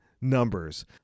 numbers